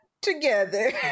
together